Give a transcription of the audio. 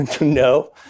No